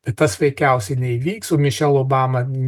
tas veikiausiai neįvyks o mišel obama